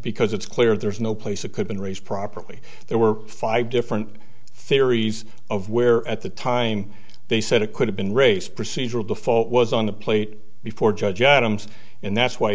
because it's clear there's no place it could been raised properly there were five different theories of where at the time they said it could have been race procedural default was on the plate before judge adams and that's why